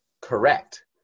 correct